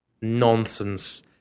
nonsense